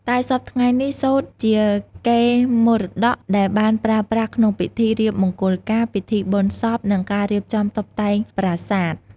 តែសព្វថ្ងៃ នេះ សូត្រជាកេរមត៌កដែលបានប្រើប្រាស់ក្នុងពិធីរៀបមង្គលការ ពិធីបុណ្យសព និង ការរៀបចំតុបតែងប្រាសាទ។